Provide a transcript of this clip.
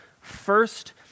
first